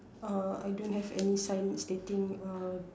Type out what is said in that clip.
uh I don't have any sign stating uh